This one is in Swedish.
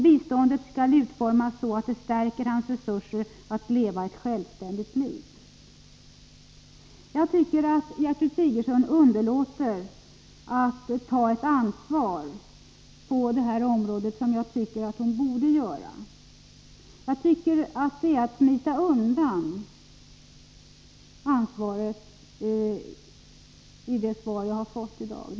Biståndet skall utformas så att det stärker hans resurser att leva ett självständigt liv.” Jag tycker att Gertrud Sigurdsen underlåter att ta ett ansvar på detta område så som hon borde göra. I det svar Gertrud Sigurdsen har lämnat i dag tycker jag att hon smiter undan ansvaret.